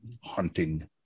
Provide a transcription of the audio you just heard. hunting